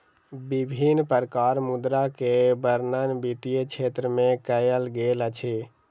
विभिन्न प्रकारक मुद्रा के वर्णन वित्तीय क्षेत्र में कयल गेल अछि